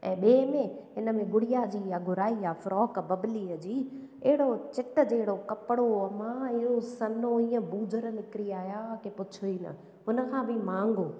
ऐं ॿे में हिनमें गुड़िया जी इहा घुराई आहे फ्रॉक बबलीअ जी अहिड़ो चित जहिड़ो कपड़ो मां इहो सन्हो ईअं बूझर निकिरी आया की पुछो ई न हुनखां बि महांगो